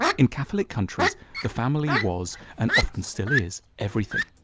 in catholic countries the family was and often still is everything.